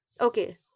Okay